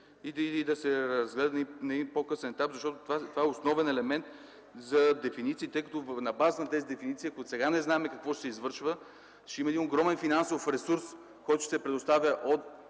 и да продължим на един по-късен етап, защото това е основен елемент за дефинициите. Тъй като, на база на тези дефиниции, ако отсега не знаем какво ще се извършва, ще има един огромен финансов ресурс, който ще се предоставя от